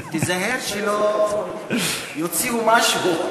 תיזהר שלא יוציאו משהו.